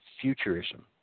futurism